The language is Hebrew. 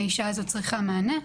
האישה הזאת צריכה מענה.